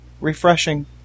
refreshing